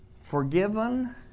forgiven